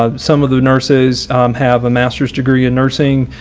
ah some of the nurses have a master's degree in nursing,